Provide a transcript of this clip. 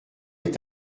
est